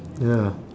ya